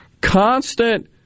constant